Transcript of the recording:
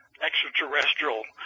extraterrestrial